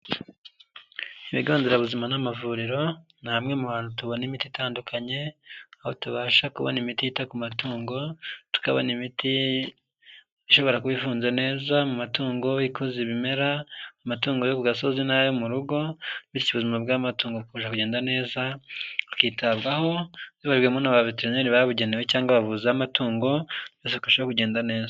Ibigo nderabuzima n'amavuriro ni hamwe mu hantu tubona imiti itandukanye, aho tubasha kubona imiti yita ku matungo, tukabona imiti ishobora kuba ifunze neza mu matungo ikoze ibimera amatungo yo ku gasozi n'ayo mu rugo, bityo ubuzima bw'amatungo afasha kugenda neza bakitabwaho bibabwemo n'abaveteneri babugenewe cyangwa bavuza amatungo ndetse ikarushaho kugenda neza.